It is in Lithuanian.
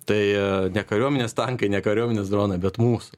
tai ne kariuomenės tankai ne kariuomenės dronai bet mūsų